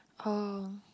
oh